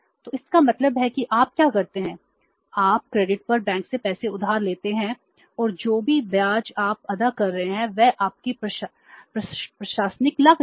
तो इसका मतलब है कि आप क्या करते हैं आप क्रेडिट पर बैंक से पैसे उधार लेते हैं और जो भी ब्याज आप अदा कर रहे हैं वह आपकी प्रशासनिक लागत है